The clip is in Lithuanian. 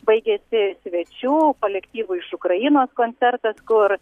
baigėsi svečių kolektyvo iš ukrainos koncertas kur